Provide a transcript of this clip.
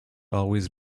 always